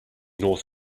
north